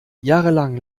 jahrelang